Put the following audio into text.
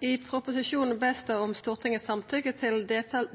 I proposisjonen ber ein om Stortingets samtykke til